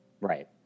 Right